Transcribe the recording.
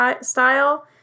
style